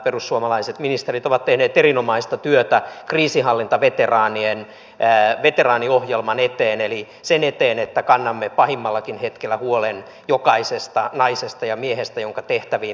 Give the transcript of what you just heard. perussuomalaiset ministerit ovat tehneet erinomaista työtä kriisinhallintaveteraanien veteraaniohjelman eteen eli sen eteen että kannamme pahimmallakin hetkellä huolen jokaisesta naisesta ja miehestä jonka tehtäviin lähetämme